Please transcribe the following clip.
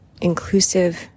inclusive